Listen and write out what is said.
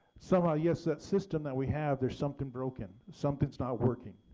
somehow, yes that system that we have, there's something's broken, something's not working.